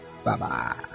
Bye-bye